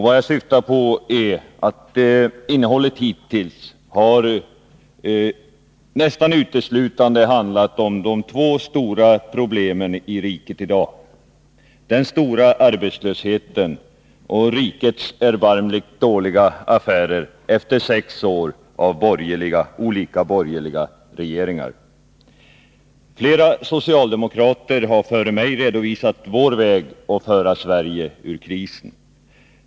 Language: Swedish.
Vad jag syftar på är att innehållet hittills nästan uteslutande har handlat om de två stora problemen i riket i dag — den stora arbetslösheten och rikets erbarmligt dåliga affärer efter sex år av olika borgerliga regeringar. Flera socialdemokrater före mig har redovisat vår väg att föra Sverige ur krisen.